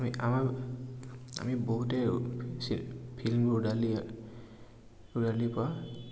আমি আমাৰ আমি বহুতে ফিল্ম ৰ'দালি ৰ'দালি পৰা